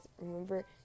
Remember